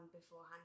beforehand